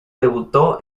debutó